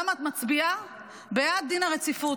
למה את מצביעה בעד דין הרציפות?